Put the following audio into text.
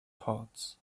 parts